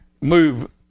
move